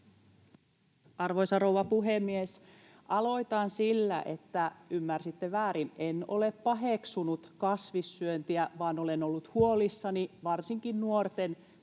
Arvoisa rouva puhemies! Aloitan sillä, että ymmärsitte väärin, en ole paheksunut kasvissyöntiä vaan olen ollut huolissani varsinkin nuorten